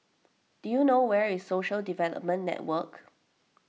do you know where is Social Development Network